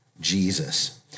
Jesus